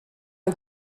the